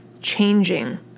changing